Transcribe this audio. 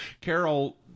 Carol